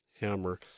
hammer